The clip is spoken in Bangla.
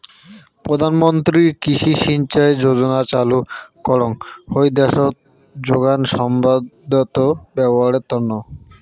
প্রধান মন্ত্রী কৃষি সিঞ্চাই যোজনা চালু করঙ হই দ্যাশোত যোগান সম্পদত ব্যবহারের তন্ন